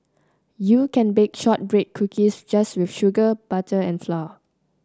you can bake shortbread cookies just with sugar butter and flour